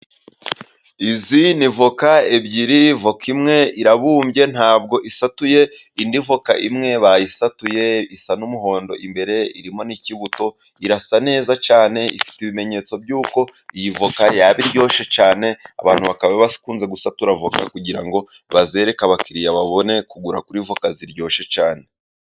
Izi ni avoka ebyiri, avoka imwe irabumbye ntabwo isatuye, indi avoka imwe bayisatuye isa n'umuhondo, imbere irimo n'ikibuto, irasa neza cyane, ifite ibimenyetso by'uko iyi avoka yaba iryoshye cyane. Abantu bakaba bakunze gusatura avoka kugira ngo bazerereke abakiriya, babone kugura kuri avoka ziryoshye cyane.